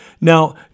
Now